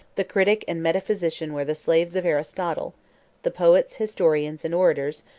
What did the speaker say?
the critic and metaphysician were the slaves of aristotle the poets, historians, and orators,